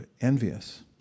envious